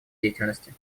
деятельности